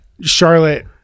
Charlotte